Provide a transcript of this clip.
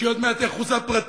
שעוד מעט היא אחוזה פרטית,